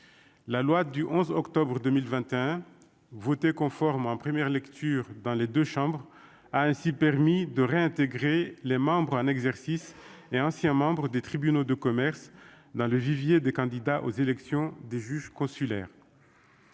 la loi du 11 octobre 2021 voté conforme en première lecture dans les 2 chambres, a ainsi permis de réintégrer les membres un exercice et ancien membre des tribunaux de commerce dans le vivier des candidats aux élections des juges consulaires.